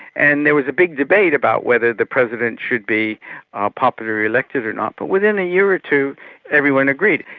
and there was a big debate about whether the president should be ah popularly elected or not, but within a year or two everyone agreed.